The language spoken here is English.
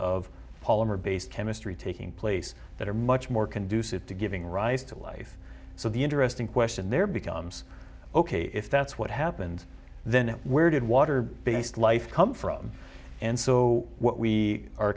of polymer based chemistry taking place that are much more conducive to giving rise to life so the interesting question there becomes ok if that's what happened then where did water based life come from and so what we are